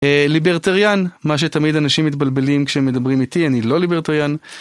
ליברטריין מה שתמיד אנשים מתבלבלים כשמדברים איתי אני לא ליברטריין.